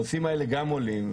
הנושאים האלה גם עולים,